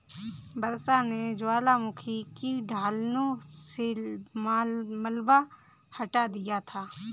वर्षा ने ज्वालामुखी की ढलानों से मलबा हटा दिया था